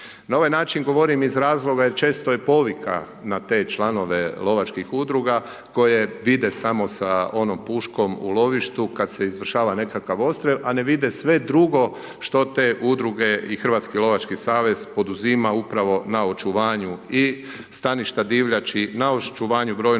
Na ovaj način govorim iz razloga jer često i povika na te članove lovačkih udruga koje vide samo sa onom puškom u lovištu kad se izvršava nekakav odstrel a ne vide sve drugo što te udruge i Hrvatski lovački savez poduzima upravo na očuvanju i staništa divljači, na očuvanju brojnog stanja